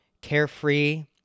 carefree